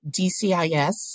DCIS